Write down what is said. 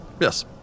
Yes